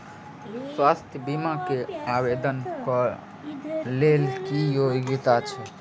स्वास्थ्य बीमा केँ आवेदन कऽ लेल की योग्यता छै?